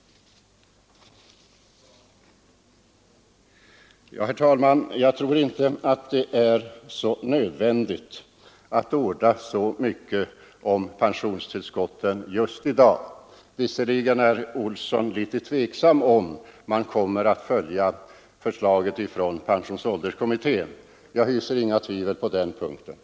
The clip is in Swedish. Herr talman! Jag tror inte att det är nödvändigt att orda så mycket mera om pensionstillskotten just i dag. Visserligen är herr Olsson i Stockholm litet tveksam om man kommer att följa förslaget från pensionsålderskommittén, men jag hyser inga tvivel på den punkten.